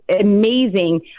amazing